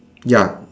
ya